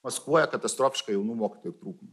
maskuoja katastrofišką jaunų mokytojų trūkumą